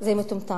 זה מטומטם.